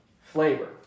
flavor